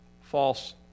false